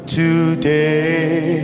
today